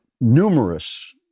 numerous